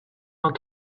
vingt